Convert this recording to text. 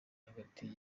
hagati